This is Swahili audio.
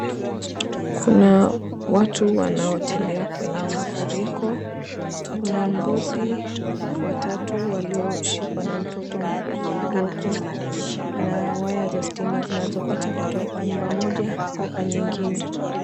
Kuna watu wanaotembea kwenye mafuriko, kuna mbuzi watatu waliyoshikwa na mtoto mdogo na waya za stima zinazopita kutoka kwa nyumba moja mpaka nyingine.